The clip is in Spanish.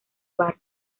bart